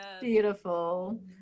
Beautiful